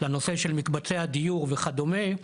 לנושא של מקבצי הדיור וכדומה,